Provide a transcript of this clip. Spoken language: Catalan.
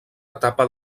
etapa